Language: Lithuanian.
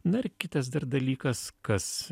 na ir kitas dar dalykas kas